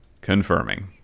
confirming